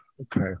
Okay